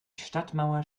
stadtmauer